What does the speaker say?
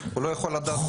הוא לא יכול לדעת.